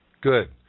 Good